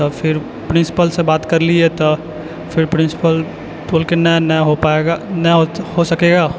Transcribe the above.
फिर प्रिंसिपलसँ बात करलियै तऽ फेर प्रिंसिपल कहलकै नहि नहि हो पायेगा नहि हो सकेगा